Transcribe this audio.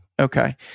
Okay